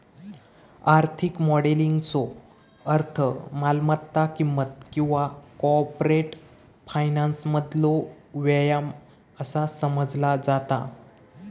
आर्थिक मॉडेलिंगचो अर्थ मालमत्ता किंमत किंवा कॉर्पोरेट फायनान्समधलो व्यायाम असा समजला जाता